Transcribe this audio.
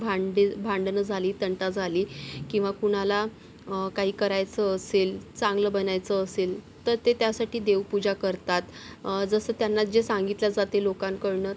भांडे भांडणं झाली तंटा झाला किंवा कुणाला काही करायचं असेल चांगलं बनायचं असेल तर ते त्यासाठी देवपूजा करतात जसं त्यांना जे सांगितलं जाते लोकांकडनं